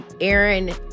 Aaron